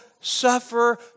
suffer